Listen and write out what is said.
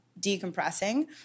decompressing